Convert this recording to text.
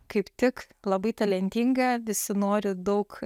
kaip tik labai talentinga visi nori daug